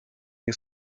nie